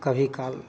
कभी काल